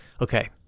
okay